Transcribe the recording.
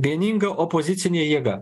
vieninga opozicinė jėga